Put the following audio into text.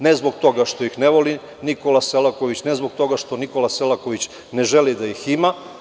Ne zbog toga što ih ne voli Nikola Selaković, ne zbog toga što Nikola Selaković ne želi da ih ima.